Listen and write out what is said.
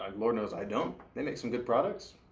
lord knows i don't. they make some good products,